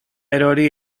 erori